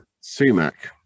sumac